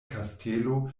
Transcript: kastelo